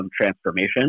transformation